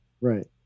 Right